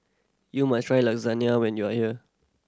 you must try Lasagna when you are here